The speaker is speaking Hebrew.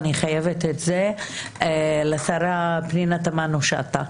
אני חייבת את זה לשרה פנינה תמנו שטה,